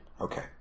Okay